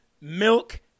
milk